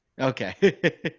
Okay